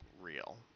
real